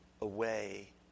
away